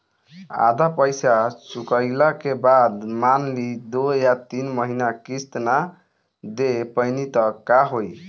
आधा पईसा चुकइला के बाद मान ली दो या तीन महिना किश्त ना दे पैनी त का होई?